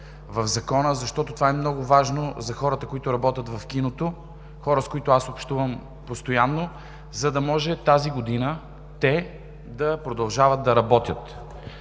в Закона, защото това е много важно за хората, които работят в киното – хора, с които аз общувам постоянно, за да може тази година те да продължават да работят.